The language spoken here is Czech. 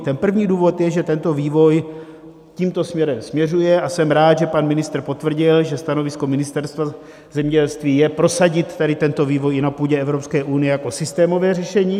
Ten první důvod je, že vývoj tímto směrem směřuje, a jsem rád, že pan ministr potvrdil, že stanovisko Ministerstva zemědělství je prosadit tento vývoj i na půdě Evropské unie jako systémové řešení.